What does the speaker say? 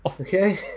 Okay